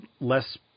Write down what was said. less –